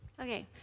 Okay